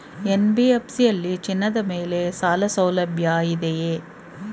NBFC ಯಲ್ಲಿ ಚಿನ್ನದ ಮೇಲೆ ಸಾಲಸೌಲಭ್ಯ ಇದೆಯಾ?